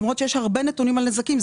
למרות שיש הרבה נתונים על נזקים.